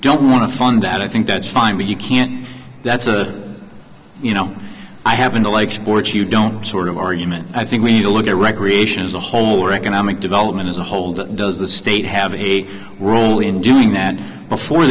don't want to fund that i think that's fine but you can't that's a you know i happen to like sports you don't sort of argument i think we need to look at recreation is a whole more economic development as a whole that does the state have a rule in doing that before